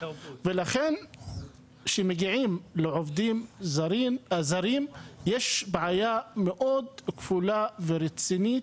ולכן כשמגיעים לעובדים הזרים יש בעיה מאוד כפולה ורצינית,